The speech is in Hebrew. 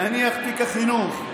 נניח תיק החינוך,